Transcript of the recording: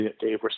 Dave